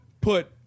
put